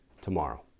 tomorrow